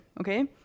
Okay